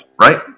Right